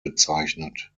bezeichnet